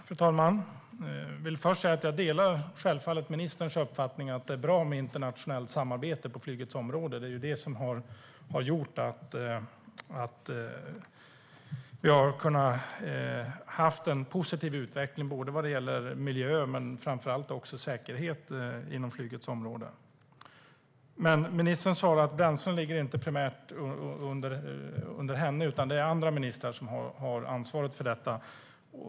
Fru talman! Jag vill först säga att jag självfallet delar ministerns uppfattning att det är bra med internationellt samarbete på flygets område. Det är ju det som har gjort att vi har kunnat ha en positiv utveckling vad gäller miljö men framför allt säkerhet inom flygets område. Ministern svarar att bränslefrågan inte primärt ligger under hennes område, utan det är andra ministrar som har ansvar för detta.